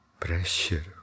Pressure